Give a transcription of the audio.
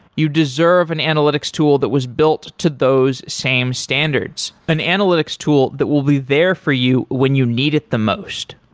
you deserve an analytics tool that was built to those same standards, an analytics tool that will be there for you when you need it the most.